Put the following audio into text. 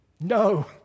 no